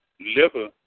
liver